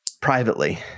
privately